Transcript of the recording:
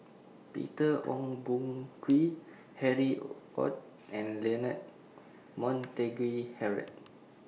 Peter Ong Boon Kwee Harry ORD and Leonard Montague Harrod